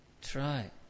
try